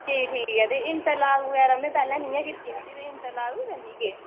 ठीक ऐ ठीक ऐ ते इंटरलाक बगैरा में पैह्लें निं ऐ कीती दी ते इंटरलाक बी करनी केह्